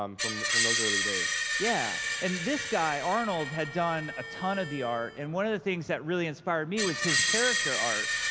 um from from those early days. yeah. and this guy, arnold, had done a ton of the art. and one of the things that really inspired me was his character art,